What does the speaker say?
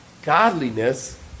Godliness